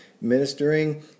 ministering